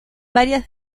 varias